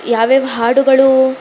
ಯಾವ್ಯಾವ ಹಾಡುಗಳು